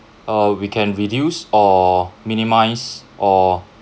or we can reduce or minimise or